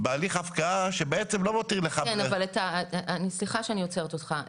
בהליך הפקעה שבעצם לא מותיר --- סליחה שאני עוצרת אותך.